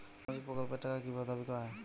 সামাজিক প্রকল্পের টাকা কি ভাবে দাবি করা হয়?